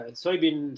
soybean